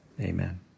Amen